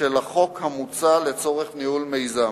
של החוק המוצע לצורך ניהול מיזם,